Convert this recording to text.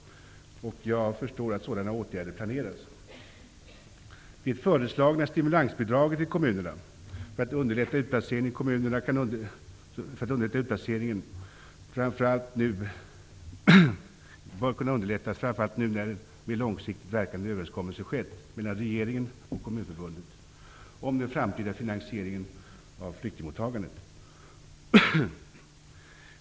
Jag har förstått att sådana åtgärder planeras. Det föreslagna stimulansbidraget till kommunerna för att underlätta utplaceringen i kommunerna kan underlätta, framför allt nu när en mer långsiktigt verkande överenskommelse ingåtts mellan regeringen och Kkommunförbundet om den framtida finansieringen av flyktingmottagandet.